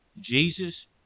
Jesus